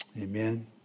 Amen